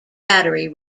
battery